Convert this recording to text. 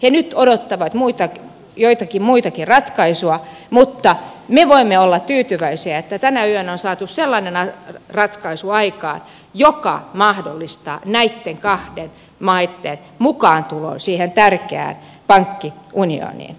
he nyt odottavat joitakin muitakin ratkaisuja mutta me voimme olla tyytyväisiä että tänä yönä on saatu aikaan sellainen ratkaisu joka mahdollistaa näitten kahden maan mukaantulon siihen tärkeään pankkiunioniin